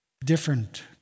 Different